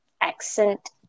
accent